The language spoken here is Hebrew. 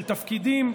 של תפקידים.